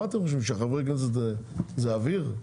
מה אתם חושבים, שחברי כנסת זה אוויר?